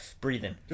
Breathing